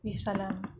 with salam